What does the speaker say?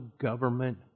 government